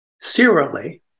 serially